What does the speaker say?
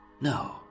No